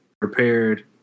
prepared